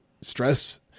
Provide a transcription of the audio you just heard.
stress